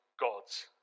God's